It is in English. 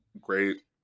great